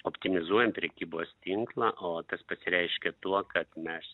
optimizuojam prekybos tinklą o tas pasireiškia tuo kad mes